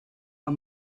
how